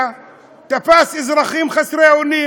תפס אזרחים חסרי אונים.